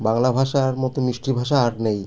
বাংলা ভাষার মতো মিষ্টি ভাষা আর নেই